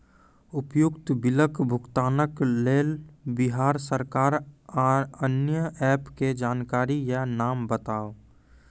उक्त बिलक भुगतानक लेल बिहार सरकारक आअन्य एप के जानकारी या नाम बताऊ?